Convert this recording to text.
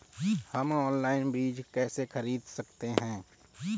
हम ऑनलाइन बीज कैसे खरीद सकते हैं?